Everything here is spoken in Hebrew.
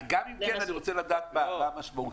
גם אם כן אני רוצה לדעת מה המשמעות של זה.